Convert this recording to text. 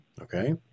Okay